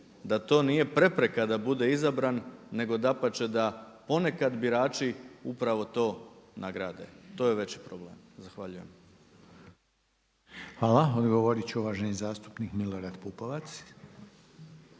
da to nije prepreka da bude izabran nego dapače da ponekad birači upravo to nagrade. To je veći problem. Zahvaljujem. **Reiner, Željko (HDZ)** Hvala Odgovoriti će uvaženi zastupnik Milorad Pupovac.